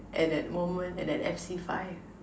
at that moment at that F_C five